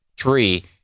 Three